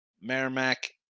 Merrimack